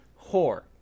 whore